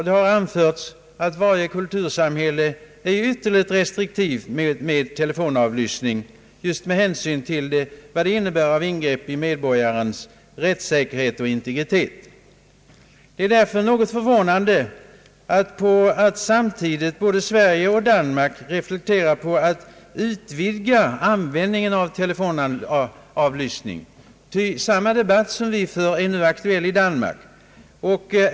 Det har anförts att varje kultursamhälle är ytterligt restriktivt när det gäller att tillåta telefonavlyssning just med hänsyn till vad den innebär av ingrepp i medborgarens rättssäkerhet och integritet. Det är därför något förvånande att både Sverige och Danmark samtidigt reflekterar på att utvidga användningen av telefonavlyssning, ty samma debatt som vi nu för är aktuell i Danmark.